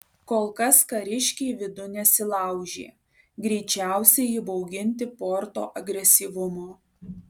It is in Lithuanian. kol kas kariškiai vidun nesilaužė greičiausiai įbauginti porto agresyvumo